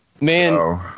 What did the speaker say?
Man